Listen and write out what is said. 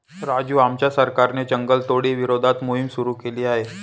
राजू आमच्या सरकारने जंगलतोडी विरोधात मोहिम सुरू केली आहे